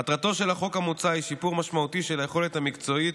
מטרתו של החוק המוצע היא שיפור משמעותי של היכולת המקצועית